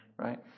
Right